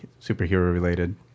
superhero-related